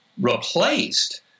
replaced